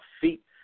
feet